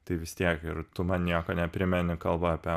tai vis tiek ir tu man nieko neprimeni kalba apie